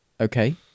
Okay